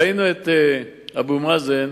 ראינו את אבו מאזן